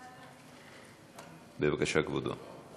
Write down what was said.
בבקשה, כבודו.